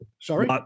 Sorry